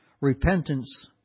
repentance